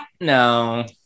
no